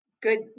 Good